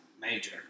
major